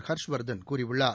ஹர்ஷ்வா்தன் கூறியுள்ளார்